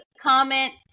comment